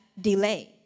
delay